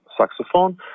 saxophone